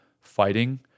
fighting